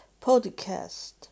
podcast